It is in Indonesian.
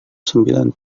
sembilan